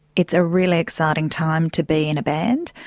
it's a really exciting time to be in a band.